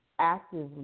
actively